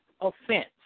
offense